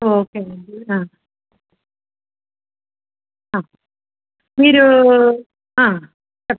okay అండి మీరు చె